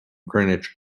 greenwich